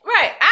Right